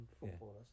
footballers